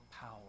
power